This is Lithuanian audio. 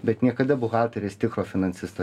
bet niekada buhalteris tikro finansisto